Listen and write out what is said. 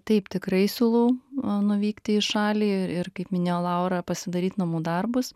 taip tikrai siūlau nuvykti į šalį ir kaip minėjo laura pasidaryt namų darbus